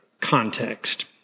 context